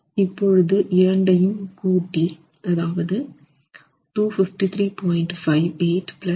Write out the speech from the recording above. இப்பொழுது இரண்டையும் கூட்டி அதாவது 253